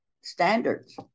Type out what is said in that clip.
standards